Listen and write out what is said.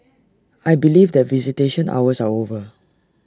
I believe that visitation hours are over